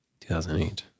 2008